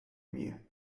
mie